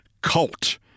cult